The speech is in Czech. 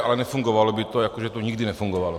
A nefungovalo by to, jako že to nikdy nefungovalo.